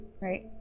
Right